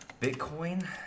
bitcoin